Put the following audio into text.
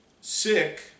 Sick